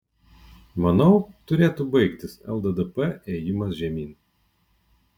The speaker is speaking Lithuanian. manau turėtų baigtis lddp ėjimas žemyn